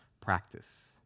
practice